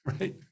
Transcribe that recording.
right